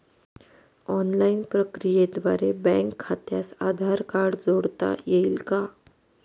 Online प्रक्रियेद्वारे bank खात्यास Aadhaar card जोडता येईल का?